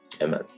Amen